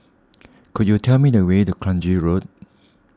could you tell me the way to Kranji Road